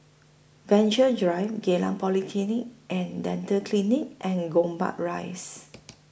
Venture Drive Geylang Polyclinic and Dental Clinic and Gombak Rise